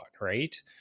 right